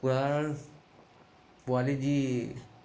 কুকুৰাৰ পোৱালি যি